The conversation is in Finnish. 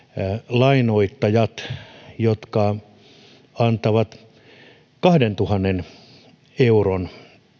lainoittajat antavat kahdentuhannen euron